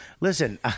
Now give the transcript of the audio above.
Listen